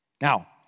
Now